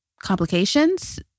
complications